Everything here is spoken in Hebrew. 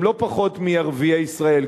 הם לא פחות מערביי ישראל,